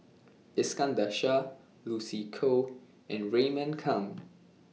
Iskandar Shah Lucy Koh and Raymond Kang